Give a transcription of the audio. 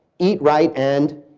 eat right and.